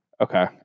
Okay